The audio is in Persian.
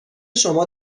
شما